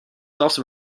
also